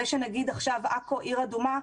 זה שנגיד עכשיו עכו היא עיר אדומה,